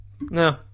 No